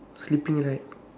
sleeping right